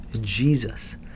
Jesus